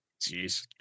Jeez